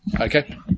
Okay